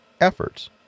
efforts